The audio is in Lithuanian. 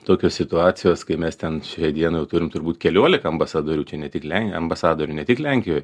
tokios situacijos kai mes ten šiai dienai jau turim turbūt keliolika ambasadorių čia ne tik le ambasadorių ne tik lenkijoj